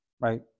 right